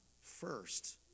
first